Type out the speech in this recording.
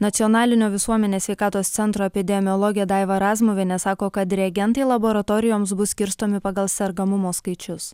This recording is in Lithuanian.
nacionalinio visuomenės sveikatos centro epidemiologė daiva razmuvienė sako kad reagentai laboratorijoms bus skirstomi pagal sergamumo skaičius